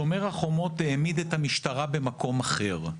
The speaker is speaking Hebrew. שומר החומות העמיד את המשטרה במקום אחר,